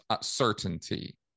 certainty